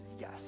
yes